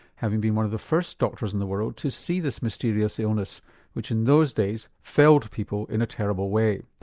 having been one of the first doctors in the world to see this mysterious illness which in those days felled people in a terrible way.